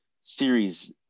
series